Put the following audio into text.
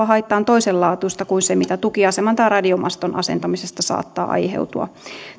haitta on toisenlaatuista kuin se mitä tukiaseman tai radiomaston asentamisesta saattaa aiheutua